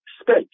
space